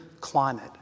climate